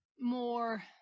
more